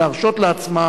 להרשות לעצמה